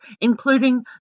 including